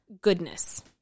goodness